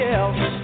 else